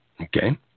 Okay